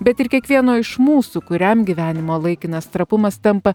bet ir kiekvieno iš mūsų kuriam gyvenimo laikinas trapumas tampa